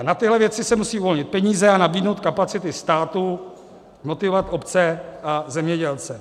Na tyhle věci se musí uvolnit peníze a nabídnout kapacity státu, motivovat obce a zemědělce.